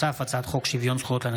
הצעת חוק שירותי תשלום (תיקון,